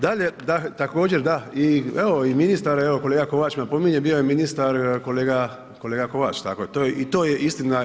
Dalje, također da i, evo i ministar, evo kolega Kovač napominje bio je ministar kolega Kovač i to je istina.